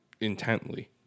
intently